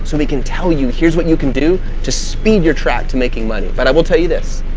so they can tell you here's what you can do to speed your track to making money but i will tell you this.